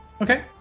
okay